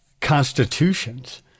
Constitutions